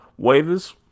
waivers